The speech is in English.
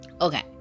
Okay